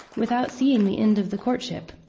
without seeing the end of the courtship.